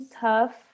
tough